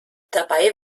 dabei